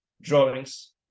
drawings